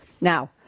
Now